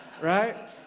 Right